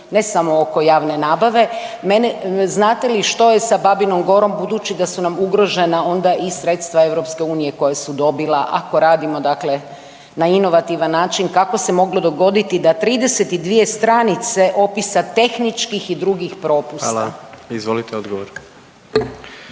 vama. Izvolite odgovor.